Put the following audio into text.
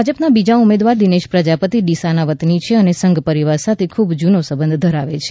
ભાજપના બીજા ઉમેદવાર દિનેશ પ્રજાપતિ ડીસાના વતની છે અને સંઘ પરિવાર સાથે ખૂબ જૂનો સંબંધ ધરાવે છે